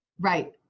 Right